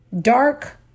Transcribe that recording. dark